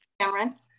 Cameron